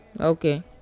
Okay